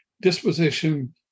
disposition